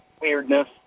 weirdness